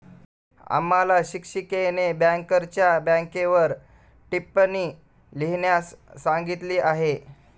आम्हाला शिक्षिकेने बँकरच्या बँकेवर टिप्पणी लिहिण्यास सांगितली आहे